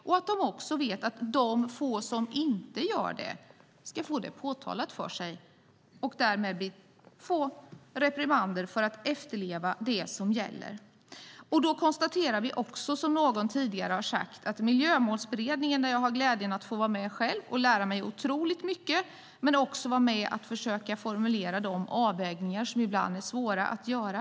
De ska också veta att de få som inte sköter sig ska få det påtalat för sig och därmed få reprimander för att de inte efterlever det som gäller. Jag har själv glädjen att få vara med Miljömålsberedningen och får lära mig otroligt mycket, men också att få vara med och försöka formulera de avvägningar som ibland är svåra att göra.